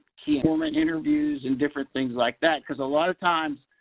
key informant interviews and different things like that because a lot of times,